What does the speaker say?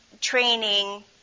training